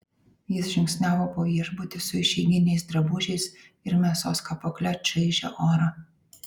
jis žingsniavo po viešbutį su išeiginiais drabužiais ir mėsos kapokle čaižė orą